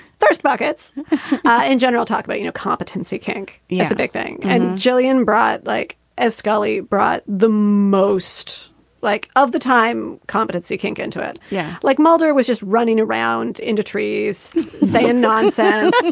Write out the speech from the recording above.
thirst buckets in general, talk about, you know, competency. kink yeah is a big thing. and jillian broad, like as scully brought the most like of the time, competency kink into it. yeah. like mulder was just running around into trees saying nonsense.